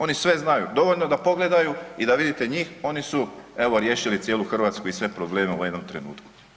Oni sve znaju, dovoljno je da pogledaju i da vidite njih, oni su, evo, riješili cijelu Hrvatsku i sve probleme u ovom jednom trenutku.